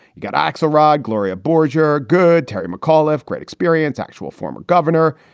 you got axelrod. gloria borger, good. terry mcauliffe, great experience, actual former governor.